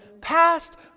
past